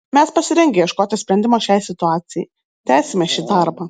mes pasirengę ieškoti sprendimo šiai situacijai tęsime šį darbą